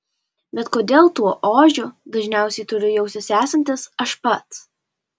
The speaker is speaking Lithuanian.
bet kodėl tuo ožiu dažniausiai turiu jaustis esantis aš pats